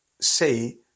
say